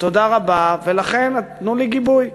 תודה רבה, ולכן תנו לי גיבוי.